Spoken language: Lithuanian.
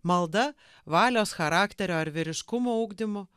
malda valios charakterio ar vyriškumo ugdymu